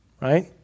right